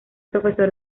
profesor